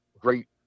great